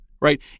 right